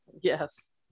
Yes